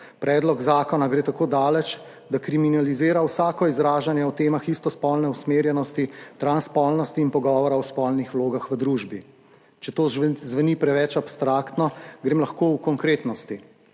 Predlog zakona gre tako daleč, da kriminalizira vsako izražanje o temah istospolne usmerjenosti, transspolnosti in pogovora o spolnih vlogah v družbi. Če to zveni preveč abstraktno, grem lahko v konkretnosti.